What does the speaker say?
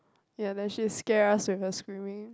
then she scare us with her screaming